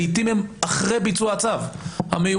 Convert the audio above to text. לעיתים הם אחרי ביצוע הצו המיועד,